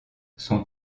son